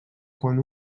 quan